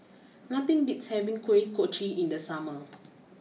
nothing beats having Kuih Kochi in the summer